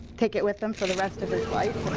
take it with him for the rest of his life.